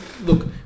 look